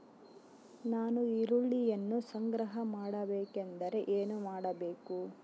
ನಾನು ಈರುಳ್ಳಿಯನ್ನು ಸಂಗ್ರಹ ಮಾಡಬೇಕೆಂದರೆ ಏನು ಮಾಡಬೇಕು?